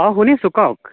অঁ শুনিছোঁ কওক